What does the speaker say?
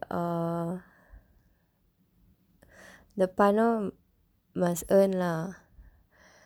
err the பணம்:panam must earn lah